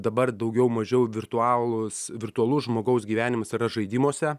dabar daugiau mažiau virtualūs virtualus žmogaus gyvenimas yra žaidimuose